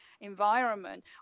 Environment